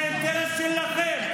זה האינטרס שלכם.